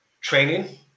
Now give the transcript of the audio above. training